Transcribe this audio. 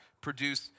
produce